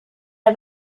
der